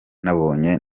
nabonye